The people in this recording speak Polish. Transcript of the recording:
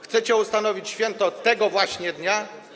Chcecie ustanowić święto tego właśnie dnia?